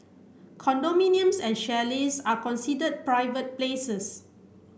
condominiums and chalets are considered private places